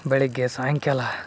ಬೆಳಗ್ಗೆ ಸಾಯಂಕಾಲ